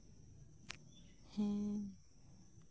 ᱦᱮᱸ